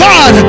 God